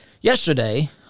yesterday